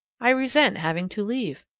i resent having to leave.